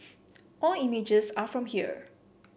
all images are from here